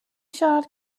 siarad